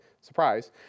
surprise